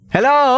Hello